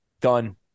Done